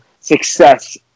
success